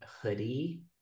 hoodie